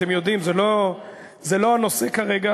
אתם יודעים, זה לא הנושא כרגע